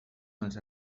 els